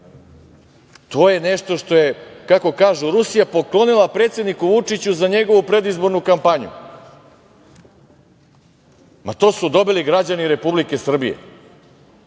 je nešto što je, kako kažu – Rusija poklonila predsedniku Vučiću za njegovu predizbornu kampanju. To su dobili građani Republike Srbije,